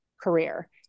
career